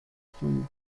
from